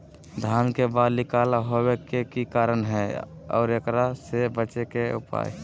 धान के बाली काला होवे के की कारण है और एकरा से बचे के उपाय?